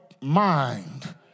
mind